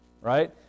right